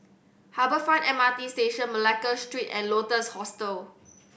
Harbour Front M R T Station Malacca Street and Lotus Hostel